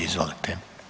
Izvolite.